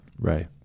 Right